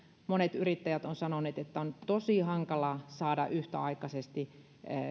monet yrittäjät ovat sanoneet että on tosi hankala saada yhtäaikaisesti